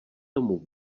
tomu